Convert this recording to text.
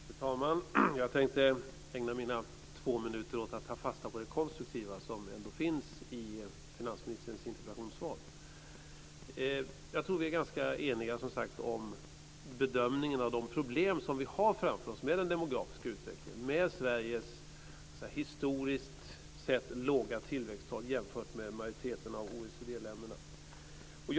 Fru talman! Jag tänkte ägna mina två minuter åt att ta fasta på det konstruktiva som ändå finns i finansministerns interpellationsvar. Jag tror, som sagt, att vi är ganska eniga om bedömningen av de problem vi har framför oss - problemen med den demografiska utvecklingen, med Sveriges historiskt sett låga tillväxttal jämfört med majoriteten av OECD-länderna.